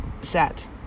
set